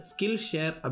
Skillshare